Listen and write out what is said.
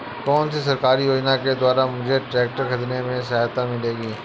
कौनसी सरकारी योजना के द्वारा मुझे ट्रैक्टर खरीदने में सहायता मिलेगी?